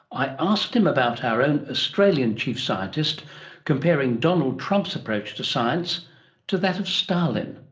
i asked him about our own australian chief scientist comparing donald trump's approach to science to that of stalin.